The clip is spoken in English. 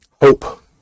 Hope